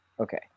Okay